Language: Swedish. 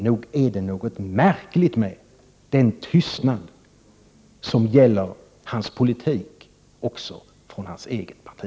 Nog är det något märkligt med den tystnad som gäller hans politik också från hans eget parti.